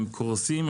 הם קורסים,